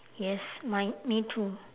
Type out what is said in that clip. yes mine me too